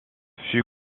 fut